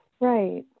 Right